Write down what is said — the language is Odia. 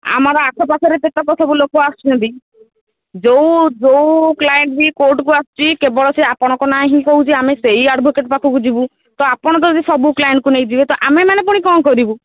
ଆମର ଆଖପାଖର ଯେତକ ସବୁ ଲୋକ ଆସୁଛନ୍ତି ଯେଉଁ ଯେଉଁ କ୍ଲାଏଣ୍ଟ ବି କୋର୍ଟକୁ ଆସୁଛି କେବଳ ସେ ଆପଣଙ୍କ ନାଁ ହିଁ କହୁଛି ଆମେ ସେଇ ଆଡ଼ଭୋକେଟ୍ ପାଖକୁ ଯିବୁ ତ ଆପଣ ଯଦି ସବୁ କ୍ଲାଏଣ୍ଟକୁ ନେଇଯିବେ ତ ଆମେମାନେ ପୁଣି କ'ଣ କରିବୁ